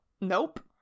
nope